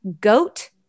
goat